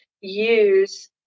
use